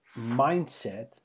mindset